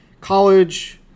college